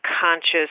conscious